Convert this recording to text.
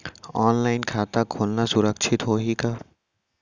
Online खाता खोलना सुरक्षित होही का?